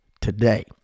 today